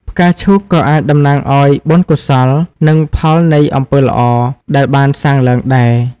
ផ្កាឈូកក៏អាចតំណាងឱ្យ បុណ្យកុសល និងផលនៃអំពើល្អដែលបានសាងឡើងដែរ។